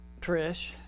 Trish